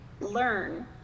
learn